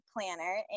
planner